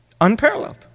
Unparalleled